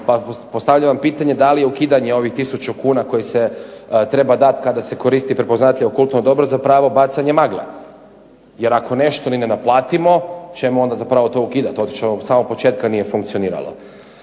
Pa postavljam vam pitanje da li je ukidanje ovih 1000 kuna koji se treba dati kada se koristi prepoznatljivo kulturno dobro zapravo bacanje magle. Jer ako nešto ni ne naplatimo, čemu onda zapravo to ukidati. Očito od samog početka nije funkcioniralo.